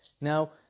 Now